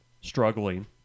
struggling